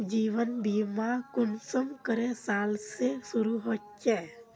जीवन बीमा कुंसम करे साल से शुरू होचए?